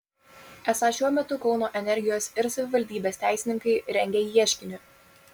esą šiuo metu kauno energijos ir savivaldybės teisininkai rengia ieškinį